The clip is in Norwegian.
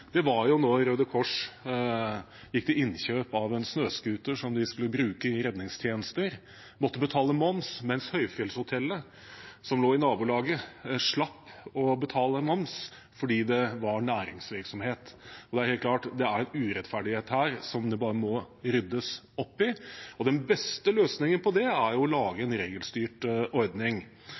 Det var da Røde Kors gikk til innkjøp av en snøscooter som de skulle bruke i redningstjenesten. De måtte betale moms, mens høyfjellshotellet som lå i nabolaget, slapp å betale moms fordi det var næringsvirksomhet. Det er klart at det er en urettferdighet her som det bare må ryddes opp i, og den beste løsningen på det er å lage en regelstyrt ordning,